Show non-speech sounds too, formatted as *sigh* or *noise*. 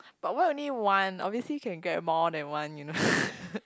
but why only one obviously can get more than one you know *laughs*